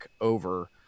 over